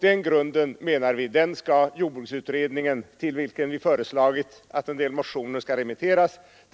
Den grunden skall jordbruksutredningen lägga, anser vi, och dit har vi föreslagit att en del motioner skall remitteras.